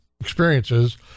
experiences